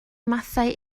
mathau